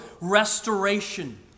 restoration